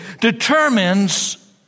determines